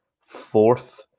fourth